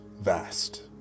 vast